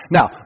Now